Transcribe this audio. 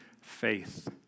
faith